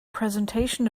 presentation